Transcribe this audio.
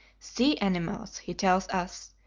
sea animals, he tells us,